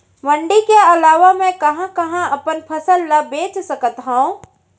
मण्डी के अलावा मैं कहाँ कहाँ अपन फसल ला बेच सकत हँव?